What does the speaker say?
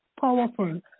powerful